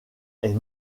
est